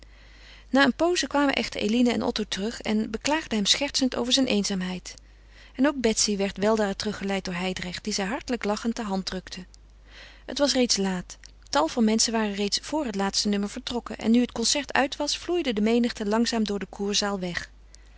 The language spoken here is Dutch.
na een pooze kwamen echter eline en otto terug en beklaagden hem schertsend over zijn eenzaamheid en ook betsy werd weldra teruggeleid door hijdrecht die zij hartelijk lachend de hand drukte het was reeds laat tal van menschen waren reeds vor het laatste nummer vertrokken en nu het concert uit was vloeide de menigte langzaam door de kurzaal weg